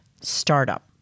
startup